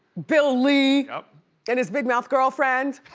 bill leigh and his big mouth girlfriend.